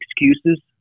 excuses